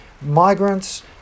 migrants